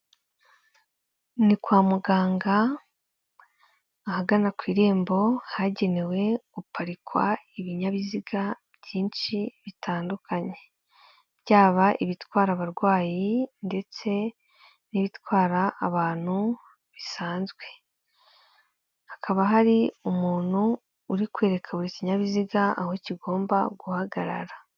Ni kwa muganga, ahagana ku irembo hagenewe guparikwa ibinyabiziga byinshi bitandukanye, byaba ibitwara abarwayi ndetse n'ibitwara abantu bisanzwe, hakaba hari umuntu uri kwerereka buri kinyabiziga aho kigomba guhagarara.